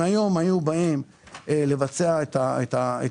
אם היום היו באים לבצע את ההחלטה,